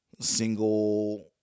single